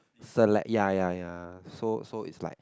select ya ya ya so so it's